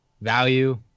value